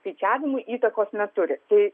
skaičiavimui įtakos neturi tai